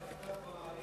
יש עין צופה.